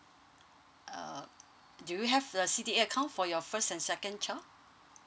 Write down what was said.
uh do you have the C_D_A account for your first and second child